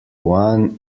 juan